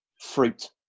fruit